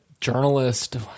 journalist